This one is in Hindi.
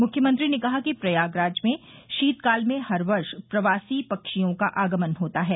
मुख्यमंत्री ने कहा कि प्रयागराज में शीतकाल में हर वर्ष प्रवासी पक्षियों का आगमन होता है